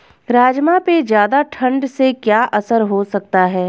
राजमा पे ज़्यादा ठण्ड से क्या असर हो सकता है?